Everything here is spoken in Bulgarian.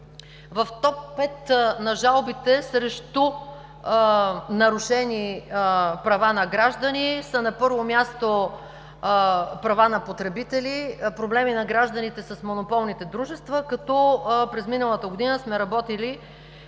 В „Топ 5“ на жалбите срещу нарушени права на граждани, на първо място са права на потребители, проблеми на гражданите с монополните дружества. През миналата година сме работили